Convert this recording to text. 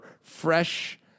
fresh